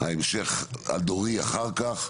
ההמשך הדורי אחר כך,